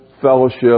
fellowship